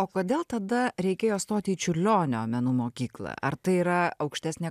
o kodėl tada reikėjo stoti į čiurlionio menų mokyklą ar tai yra aukštesnė